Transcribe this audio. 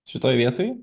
šitoj vietoj